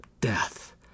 death